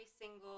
single